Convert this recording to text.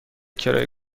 کرایه